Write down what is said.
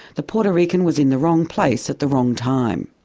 the puerto rican was in the wrong place at the wrong time.